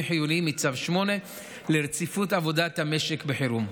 חיוניים מצו 8 לשם רציפות עבודת המשק בחירום.